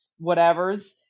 whatevers